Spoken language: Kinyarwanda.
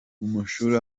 mashuri